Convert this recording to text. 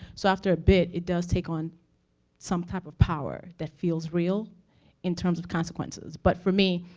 so after a bit, it does take on some type of power that feels real in terms of consequences. but, for me,